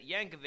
Yankovic